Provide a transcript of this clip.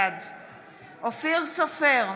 בעד אופיר סופר,